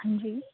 હાંજી